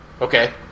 Okay